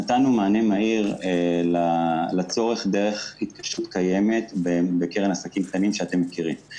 נתנו מענה מהיר לצורך דרך התקשרות קיימת בקרן עסקים קטנים שאתם מכירים.